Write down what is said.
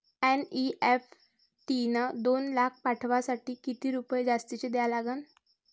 NEFT न दोन लाख पाठवासाठी किती रुपये जास्तचे द्या लागन?